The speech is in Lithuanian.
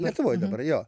lietuvoj dabar jo